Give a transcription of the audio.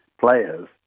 Players